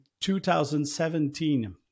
2017